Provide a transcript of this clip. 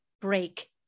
break